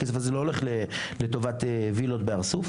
הכסף הזה לא הולך לטובת וילות בארסוף,